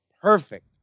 Perfect